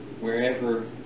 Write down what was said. wherever